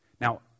Now